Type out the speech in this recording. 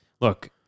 look